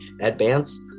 advance